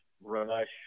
Rush